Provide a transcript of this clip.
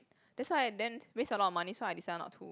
that's why and then waste a lot of money so I decided not to